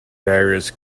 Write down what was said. various